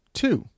two